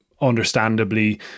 understandably